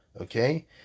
Okay